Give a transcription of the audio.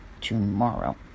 tomorrow